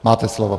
Máte slovo.